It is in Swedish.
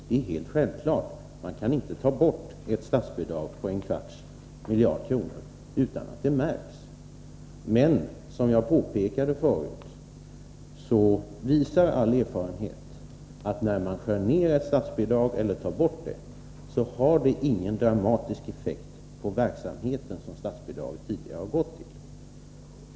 Det är självklart att man inte kan ta bort ett statsbidrag på en kvarts miljard kronor utan att det märks. Men som jag påpekade förut, visar all erfarenhet att när man skär ner ett statsbidrag eller tar bort det, har det ingen dramatisk effekt på verksamheten som statsbidraget tidigare har gått till.